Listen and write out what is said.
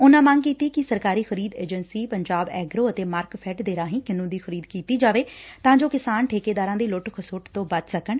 ਉਨੁਾਂ ਮੰਗ ਕੀਤੀ ਕਿ ਸਰਕਾਰੀ ਖਰੀਦ ਏਜੰਸੀ ਪੰਜਾਬ ਐਗਰੋ ਅਤੇ ਮਾਰਕਫੈਂਡ ਦੇ ਰਾਹੀ ਕਿੰਨੂ ਦੀ ਖਰੀਦ ਕੀਤੀ ਜਾਵੇ ਤਾਂ ਜੋ ਕਿਸਾਨ ਠੇਕੇਦਾਰਾਂ ਦੀ ਲੁੱਟ ਖਸੁੱਟ ਤੋਂ ਬਚ ਸਕਣ